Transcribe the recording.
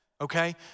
okay